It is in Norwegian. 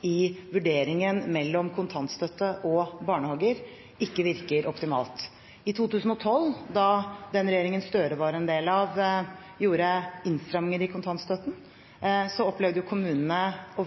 i vurderingen mellom kontantstøtte og barnehager, ikke virker optimalt. I 2012, da den regjeringen som representanten Gahr Støre var en del av, gjorde innstramminger i kontantstøtten, opplevde kommunene å